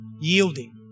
yielding